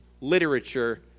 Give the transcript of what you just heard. literature